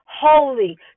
holy